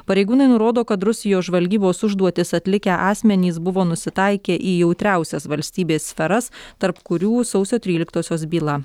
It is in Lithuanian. pareigūnai nurodo kad rusijos žvalgybos užduotis atlikę asmenys buvo nusitaikę į jautriausias valstybės sferas tarp kurių sausio tryliktosios byla